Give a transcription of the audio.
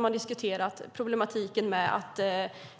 Man diskuterade problemen med att